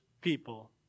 people